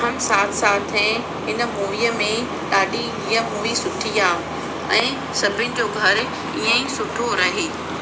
हम साथ साथ हैं हिन मूवीअ में ॾाढी हीअं मूवी सुठी आहे ऐं सभिनि जो घर ईअं ई सुठो रहे